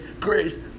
grace